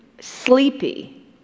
sleepy